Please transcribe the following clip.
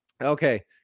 Okay